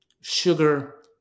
sugar